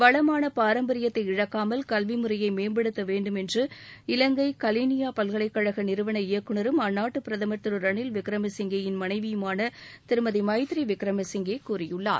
வளமான பாரம்பரியத்தை இழக்காமல் கல்வி முறையை மேம்படுத்த வேண்டும் என்று இவங்கை கெலிளியா பல்கலைக்கழக நிறுவன இயக்குநரும் அந்நாட்டு பிரதமர் திரு ரணில் விக்ரமசிங்கேயின் மனைவியுமான திருமதி மைத்ரி விக்ரமசிங்கே கூறியுள்ளார்